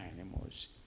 animals